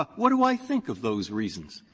what do i think of those reasons?